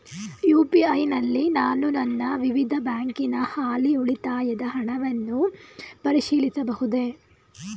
UPI ನಲ್ಲಿ ನಾನು ನನ್ನ ವಿವಿಧ ಬ್ಯಾಂಕಿನ ಹಾಲಿ ಉಳಿತಾಯದ ಹಣವನ್ನು ಪರಿಶೀಲಿಸಬಹುದೇ?